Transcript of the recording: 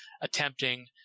attempting